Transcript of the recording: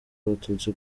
abatutsi